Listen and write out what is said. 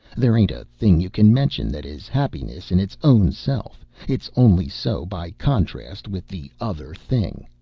there ain't a thing you can mention that is happiness in its own self it's only so by contrast with the other thing.